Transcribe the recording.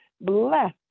bless